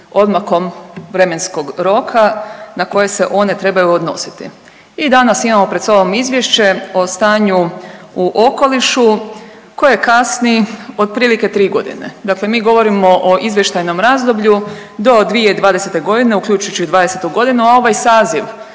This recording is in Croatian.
odmakom vremenskog roka na koje se one trebaju odnositi i danas imamo pred sobom Izvješće o stanju u okolišu koje kasni otprilike 3.g., dakle mi govorimo o izvještajnom razdoblju do 2020.g., uključujući i '20.g., a ovaj saziv